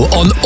on